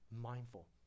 mindful